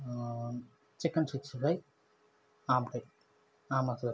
chicken sixty five ஆமாம் sir ஆமாம் sir